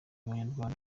abanyarwanda